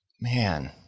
Man